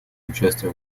участие